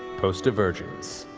post divergence,